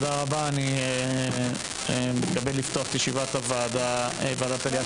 אני מתכבד לפתוח את ישיבת ועדת עליה,